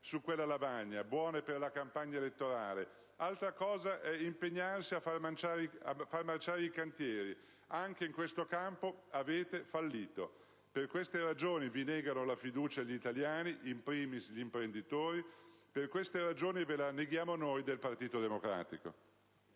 su quella lavagna!), buone per la campagna elettorale; altra cosa è impegnarsi a far marciare i cantieri. Anche in questo campo avete fallito. Per queste ragioni vi negano la fiducia gli italiani, *in primis* gli imprenditori; per queste ragioni ve la neghiamo noi del Partito Democratico.